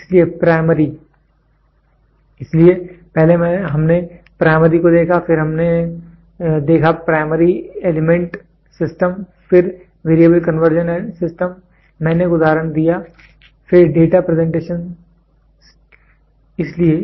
इसलिए प्राइमरी इसलिए पहले हमने प्राइमरी को देखा फिर हमने देखा प्राइमरी एलिमेंट सिस्टम फिर वेरिएबल कन्वर्जन सिस्टम मैंने एक उदाहरण दिया फिर डाटा प्रेजेंटेशन सीआरओ में होती है